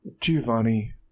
Giovanni